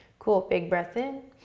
cool, big breath in.